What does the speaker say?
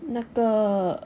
那个